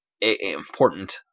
important